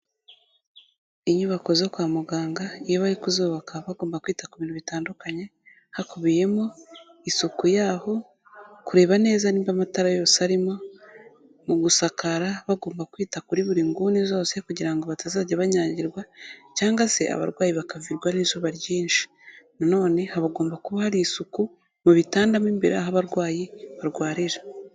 Inyubako zo kwa muganga iyo bari kuzubaka bagomba kwita ku bintu bitandukanye hakubiyemo, isuku yaho, kureba neza nimba amatara yose arimo, mu gusakara bagomba kwita kuri buri nguni zose kugira ngo batazajya banyagirwa cyangwa se abarwayi bakavirwa n'izuba ryinshi nanone habagomba kuba hari isuku mu bitanda mo imbere aho abarwayi barwarira.